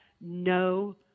no